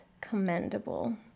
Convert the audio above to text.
commendable